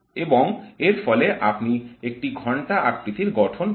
এবং এর ফলে আপনি একটি ঘন্টা আকৃতির গঠন পান